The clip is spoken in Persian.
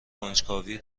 کنجکاوی